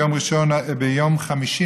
ביום חמישי,